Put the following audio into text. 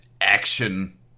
action